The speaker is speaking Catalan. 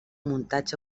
muntatge